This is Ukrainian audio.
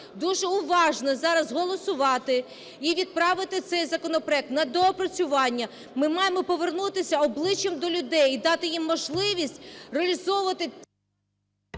дуже уважно зараз голосувати і відправити цей законопроект на доопрацювання, ми маємо повернутися обличчям до людей і дати їм можливість реалізовувати… Веде